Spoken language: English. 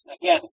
again